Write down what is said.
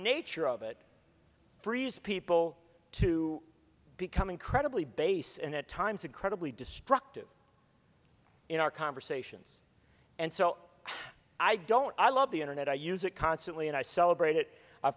nature of it frees people to become incredibly base and at times incredibly destructive in our conversations and so i don't i love the internet i use it constantly and i celebrate i